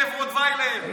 כלב רוטוויילר,